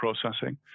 processing